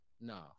No